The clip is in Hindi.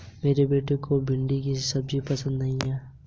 मेरे बेटे को भिंडी की सब्जी पसंद नहीं है